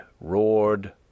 roared